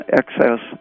excess